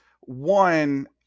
one